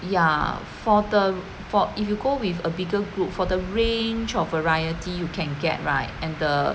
ya for the for if you go with a bigger group for the range of variety you can get right and the